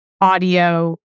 audio